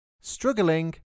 struggling